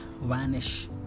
vanish